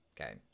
Okay